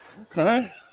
Okay